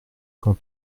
quand